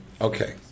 Okay